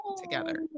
together